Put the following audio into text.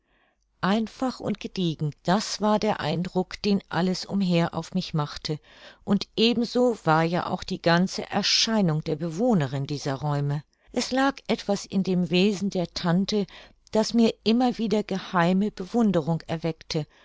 einfach und gediegen das war der eindruck den alles umher auf mich machte und ebenso war ja auch die ganze erscheinung der bewohnerin dieser räume es lag etwas in dem wesen der tante das mir immer wieder geheime bewunderung erweckte